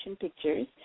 pictures